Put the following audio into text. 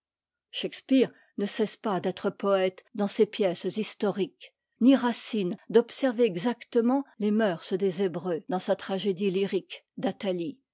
shakspeare ne cesse pas d'être poëte dans ses pièces historiques ni racine d'observer exactement les mœurs des hébreux dans sa tragédie lyrique d'athalie